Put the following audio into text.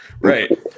right